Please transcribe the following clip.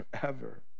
forever